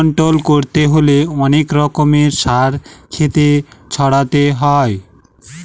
weed control করতে হলে অনেক রকমের সার ক্ষেতে ছড়াতে হয়